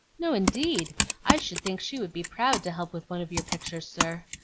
no, indeed i should think she would be proud to help with one of your pictures, sir.